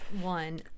one